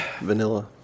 Vanilla